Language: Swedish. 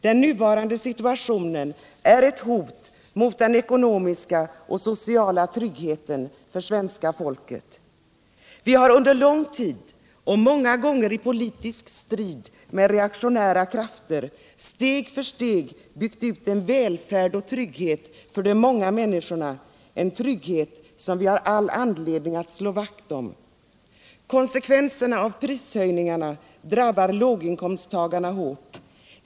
Den nuvarande situationen är ett hot mot den ekonomiska och sociala tryggheten för svenska folket. Vi har under lång tid och många gånger i politisk strid med reaktionära krafter steg för steg byggt ut en välfärd och trygghet för de många människorna, en trygghet som vi har all anledning att slå vakt om. Konsekvenserna av prishöjningarna drabbar låginkomsttagarna hårt.